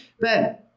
but-